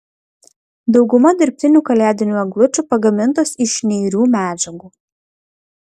dauguma dirbtinių kalėdinių eglučių pagamintos iš neirių medžiagų